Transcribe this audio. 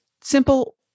Simple